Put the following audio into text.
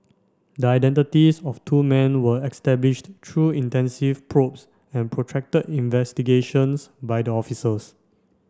the identities of two men were established through intensive probes and protracted investigations by the officers